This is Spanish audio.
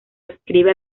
adscribe